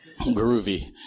Groovy